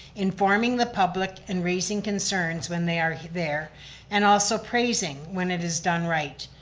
informing the public and raising concerns when they are there and also praising when it is done right.